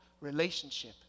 relationship